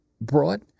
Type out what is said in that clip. brought